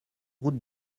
route